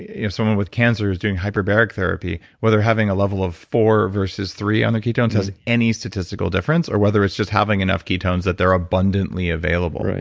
if someone with cancer who's doing hyperbaric therapy, whether having a level of four versus three on their ketones has any statistical difference or whether it's just having enough ketones that they're abundantly available.